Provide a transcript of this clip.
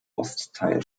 ostteil